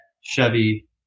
Chevy